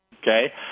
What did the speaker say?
Okay